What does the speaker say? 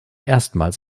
erstmals